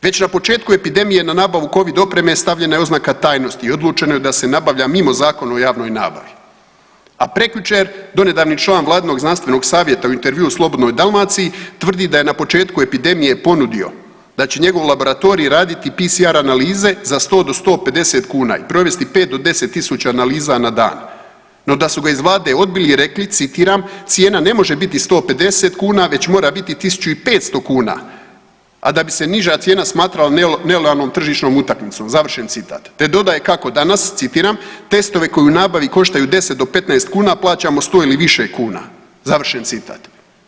Već na početku epidemije na nabavu Covid opreme stavljena je oznaka tajnosti i odlučeno je da se nabavlja mimo Zakona o javnoj nabavi, a prekjučer donedavni član Vladinog znanstvenog savjeta u intervjuu u Slobodnoj Dalmaciji tvrdi da je na početku epidemije ponudio da će njegov laboratorij raditi PCR analize za 100 do 150 kuna i provesti 5 do 10 tisuća analiza na dan, no da su ga iz Vlade odbili i rekli, citiram, cijena ne može biti 150 kuna već mora biti 1500 kuna, a da bi se niža cijena smatrala nelojalnom tržišnom utakmicom, završen citat te dodaje kako danas, citiram, testovi koji u nabavi koštaju 10 do 15 kuna plaćamo 100 ili više kuna, završen citat.